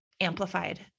amplified